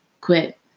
quit